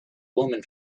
woman